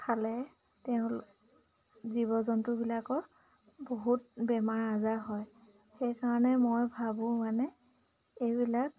খালে তেওঁ জীৱ জন্তুবিলাকৰ বহুত বেমাৰ আজাৰ হয় সেইকাৰণে মই ভাবোঁ মানে এইবিলাক